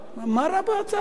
מה רע בהצעה הזאת?